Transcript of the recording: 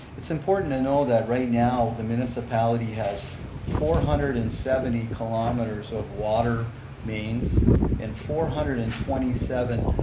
it's important to know that right now the municipality has four hundred and seventy kilometers of water mains and four hundred and twenty seven